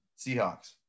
Seahawks